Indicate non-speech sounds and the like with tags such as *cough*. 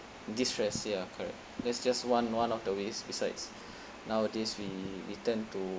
destress ya correct that's just one one of the ways besides *breath* nowadays we we turn to